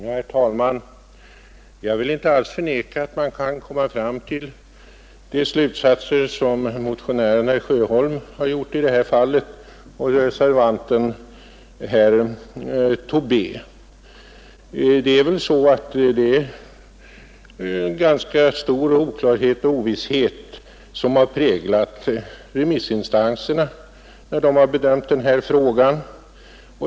Herr talman! Jag vill inte alls förneka att man kan komma fram till de slutsatser som motionären herr Sjöholm och reservanten herr Tobé har gjort i det här fallet. Ganska stor oklarhet och ovisshet har präglat remissinstanserna när de bedömt denna fråga.